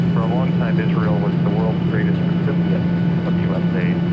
for a long time israel was the world's greatest recipient of us aid.